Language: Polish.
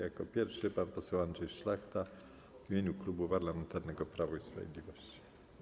Jako pierwszy pan poseł Andrzej Szlachta w imieniu Klubu Parlamentarnego Prawo i Sprawiedliwość.